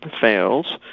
fails